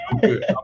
good